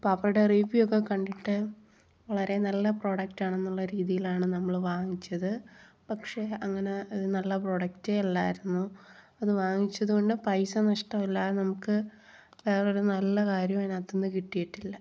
അപ്പം അവരുടെ റിവ്യൂ ഒക്കെ കണ്ടിട്ട് വളരെ നല്ല പ്രൊഡക്റ്റാണ് എന്നുള്ള രീതിയിലാണ് നമ്മൾ വാങ്ങിച്ചത് പക്ഷെ അങ്ങനെ നല്ല പ്രൊഡക്റ്റേ അല്ലായിരുന്നു അത് വാങ്ങിച്ചതു കൊണ്ട് പൈസ നഷ്ടം അല്ലാതെ നമുക്ക് വേറെ ഒരു നല്ല കാര്യവും അതിനകത്ത് നിന്ന് കിട്ടിയിട്ടില്ല